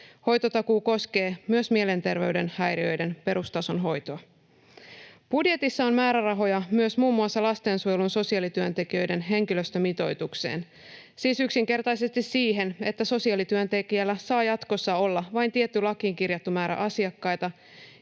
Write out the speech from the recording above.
Hoitotakuu koskee myös mielenterveyden häiriöiden perustason hoitoa. Budjetissa on määrärahoja myös muun muassa lastensuojelun sosiaalityöntekijöiden henkilöstömitoitukseen, siis yksinkertaisesti siihen, että sosiaalityöntekijällä saa jatkossa olla vain tietty lakiin kirjattu määrä asiakkaita,